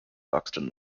buxton